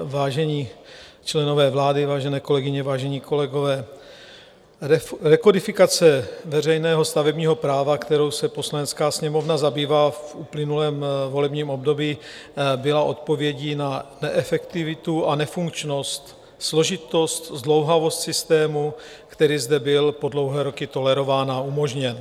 Vážení členové vlády, vážené kolegyně, vážení kolegové, rekodifikace veřejného stavebního práva, kterou se Poslanecká sněmovna zabývala v uplynulém volebním období, byla odpovědí na neefektivitu a nefunkčnost, složitost a zdlouhavost systému, který zde byl po dlouhé roky tolerován a umožněn.